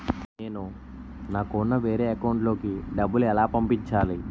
నేను నాకు ఉన్న వేరే అకౌంట్ లో కి డబ్బులు ఎలా పంపించాలి?